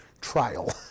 trial